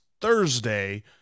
Thursday